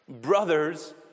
brothers